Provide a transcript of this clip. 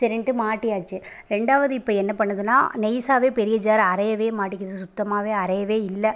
சரின்ட்டு மாட்டியாச்சு ரெண்டாவது இப்போ என்ன பண்ணுதுன்னால் நெய்சாவே பெரிய ஜார் அரையவே மாட்டேங்குது சுத்தமாகவே அரையவே இல்லை